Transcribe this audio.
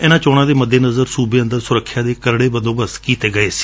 ਇਨੂਾਂ ਚੋਣਾਂ ਦੇ ਮੱਦੇ ਨਜ਼ਰ ਸੁਬੇ ਅੰਦਰ ਸੁਰੱਖਿਆ ਦੇ ਕਰੜੇ ਬੰਦੋਬਸਤ ਕੀਤੇ ਗਏ ਸੀ